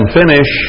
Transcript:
finish